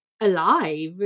alive